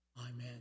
Amen